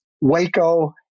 Waco